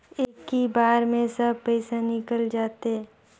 इक्की बार मे सब पइसा निकल जाते?